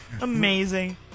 Amazing